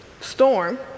Storm